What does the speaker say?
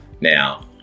Now